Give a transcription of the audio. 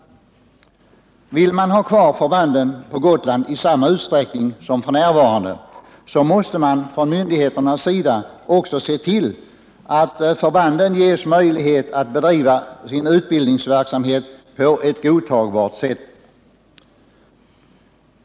Vill man ha kvar förbanden på Gotland i samma utsträckning som f.n. måste man från myndigheternas sida också se till att förbanden ges möjlighet att bedriva sin utbildningsverksamhet på ett godtagbart sätt.